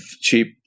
cheap